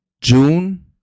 June